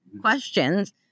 questions